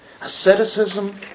asceticism